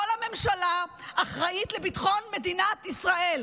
כל הממשלה אחראית לביטחון מדינת ישראל,